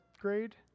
grade